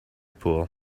pool